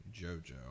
JoJo